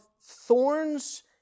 thorns